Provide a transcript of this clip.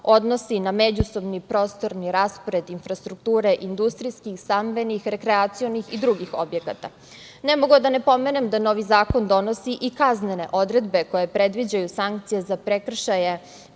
odnosi na međusobni prostorni raspored infrastrukture industrijskih, stambenih, rekreacionih i drugih objekata. Ne mogu, a da ne pomenem da novi zakon donosi i kaznene odredbe koje predviđaju sankcije za prekršaje